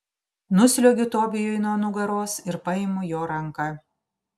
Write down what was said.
nusliuogiu tobijui nuo nugaros ir paimu jo ranką